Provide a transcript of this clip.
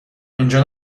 اینجا